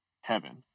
heaven